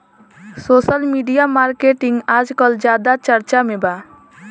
social media marketing आजकल ज्यादा चर्चा में बा